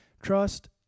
Trust